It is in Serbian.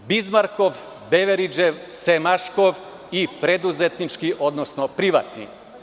Bizmarkov, Beveridžev, Semaškov i preduzetnički, odnosno privatni.